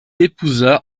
épousa